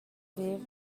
ver